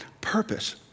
purpose